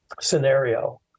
scenario